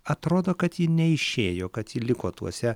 atrodo kad ji neišėjo kad ji liko tuose